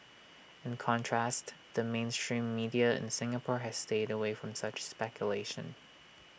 in contrast the mainstream media in Singapore has stayed away from such speculation